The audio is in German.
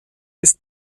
ist